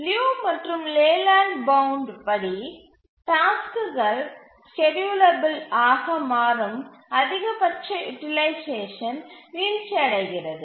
லியு மற்றும் Layland bound படி டாஸ்க்குகள் ஸ்கேட்யூலபில் ஆக மாறும் அதிகபட்ச யூட்டிலைசேஷன் வீழ்ச்சியடைகிறது